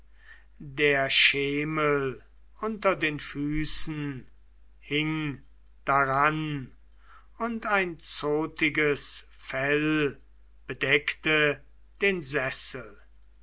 der schemel unter den füßen hing daran und ein zottichtes fell bedeckte den sessel